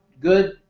good